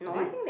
I tihnk